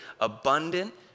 abundant